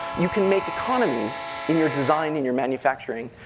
you can make economies in your design, in your manufacturing,